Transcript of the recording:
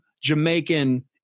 Jamaican